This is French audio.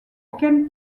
ken